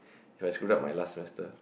ya I screwed up my last semester